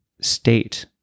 state